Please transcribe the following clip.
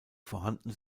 vorhanden